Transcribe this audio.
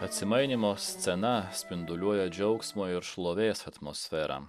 atsimainymo scena spinduliuoja džiaugsmo ir šlovės atmosferą